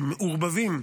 מעורבבים,